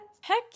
Heck